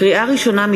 לקריאה ראשונה,